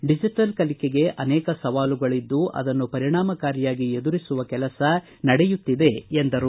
digital ಕಲಿಕೆಗೆ ಅನೇಕ ಸವಾಲುಗಳಿದ್ದು ಅದನ್ನು ಪರಿಣಾಮಕಾರಿಯಾಗಿ ಎದುರಿಸುವ ಕೆಲಸ ನಡೆಯುತ್ಲಿದೆ ಎಂದರು